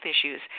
issues